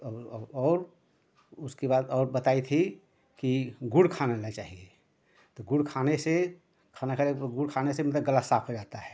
और और और उसके बाद और बताई थी कि गुड़ खा लेना चाहिए तो गुड़ खाने से खाना खाने के बाद गुड़ खाने से मतलब गला साफ़ हो जाता है